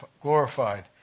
glorified